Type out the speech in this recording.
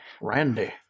Randy